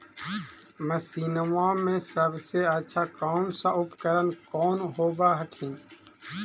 मसिनमा मे सबसे अच्छा कौन सा उपकरण कौन होब हखिन?